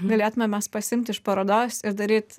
galėtumėm mes pasiimti iš parodos ir daryt